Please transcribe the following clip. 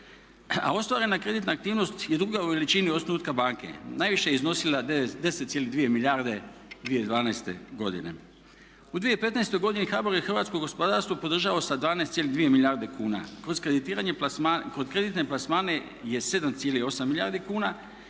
A ostvarena kreditna aktivnost je druga u veličini osnutka banke, najviše je iznosila 10,2 milijarde 2012.godine. U 2015.godini HBOR je hrvatsko gospodarstvo podržao sa 12,2 milijarde kuna plus kreditiranje plasmana, kod kreditnih